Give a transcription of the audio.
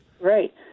Right